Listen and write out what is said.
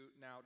now